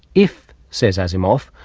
if, says asimov,